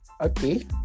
Okay